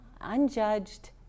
unjudged